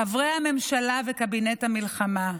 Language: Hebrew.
חברי הממשלה וקבינט המלחמה,